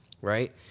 right